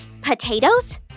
potatoes